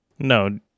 No